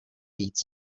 víc